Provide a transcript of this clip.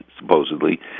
supposedly